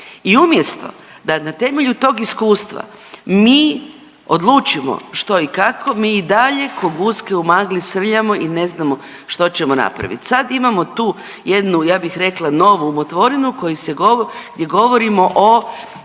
i umjesto da na temelju tog iskustva mi odlučimo što i kako mi i dalje ko guske u magli srljamo i ne znamo što ćemo napravit. Sad imamo tu jednu ja bih rekla novu umotvorinu koju se govo…,